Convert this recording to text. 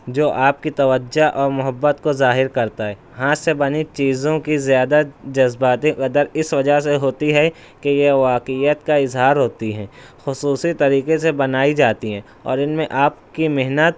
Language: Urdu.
جو آپ کی توجہ اور محبت کو ظاہر کرتا ہے ہاتھ سے بنی چیزوں کی زیادہ جذباتی قدر اِس وجہ سے ہوتی ہے کہ یہ واقعیت کا اظہار ہوتی ہیں خصوصی طریقے سے بنائی جاتی ہیں اور اِن میں آپ کی محنت